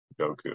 Goku